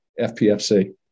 FPFC